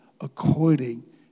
according